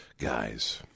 Guys